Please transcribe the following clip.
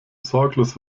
sorglos